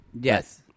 Yes